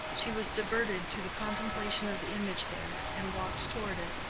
she was diverted to the contemplation of the image there and walked toward it.